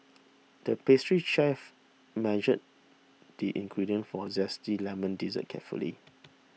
the pastry chef measured the ingredients for a Zesty Lemon Dessert carefully